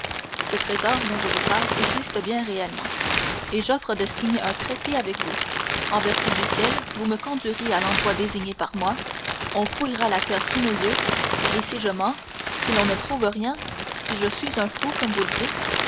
ce trésor dont je vous parle existe bien réellement et j'offre de signer un traité avec vous en vertu duquel vous me conduirez à l'endroit désigné par moi on fouillera la terre sous nos yeux et si je mens si l'on ne trouve rien si je suis un fou comme vous le dites